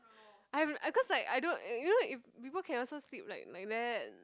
I'm I cause like I don't eh you know if people can also sleep like like that